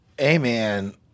Amen